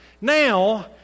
Now